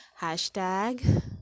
hashtag